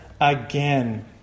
again